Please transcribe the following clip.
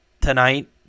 tonight